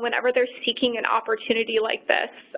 whenever they're seeking an opportunity like this